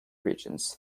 regions